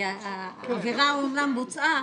כי העבירה אמנם בוצעה,